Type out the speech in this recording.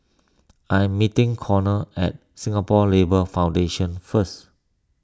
I am meeting Conner at Singapore Labour Foundation first